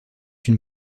une